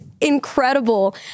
incredible